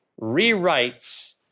rewrites